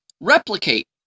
replicate